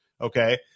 okay